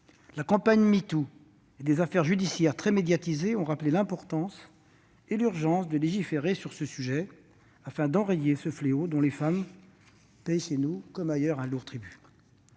la campagne #MeToo et plusieurs affaires judiciaires très médiatisées ont rappelé l'importance et l'urgence de légiférer sur le sujet, afin d'enrayer ce fléau, dont les femmes payent, ici comme ailleurs, un lourd tribut.